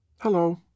Hello